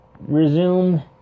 resume